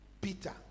Peter